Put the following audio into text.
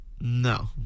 No